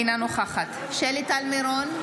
אינה נוכחת שלי טל מירון,